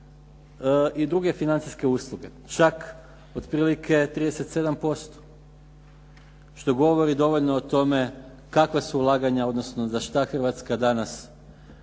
i druge financijske usluge, čak otprilike 37% što govori dovoljno o tome kakva su ulaganja odnosno za šta Hrvatska danas kao